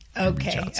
Okay